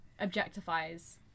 objectifies